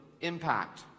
impact